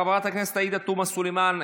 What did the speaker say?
חברת הכנסת עאידה תומא סלימאן,